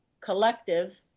collective